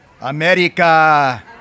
America